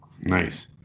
Nice